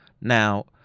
now